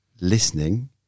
listening